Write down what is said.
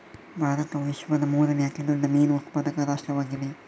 ಭಾರತವು ವಿಶ್ವದ ಮೂರನೇ ಅತಿ ದೊಡ್ಡ ಮೀನು ಉತ್ಪಾದಕ ರಾಷ್ಟ್ರವಾಗಿದೆ